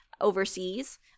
overseas